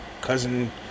cousin